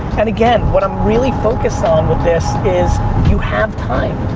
and again, what i'm really focused on with this, is you have time.